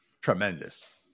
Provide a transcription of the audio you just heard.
tremendous